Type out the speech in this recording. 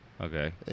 Okay